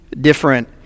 different